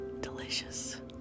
Delicious